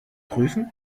prüfen